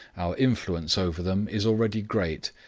our influence over them is already great,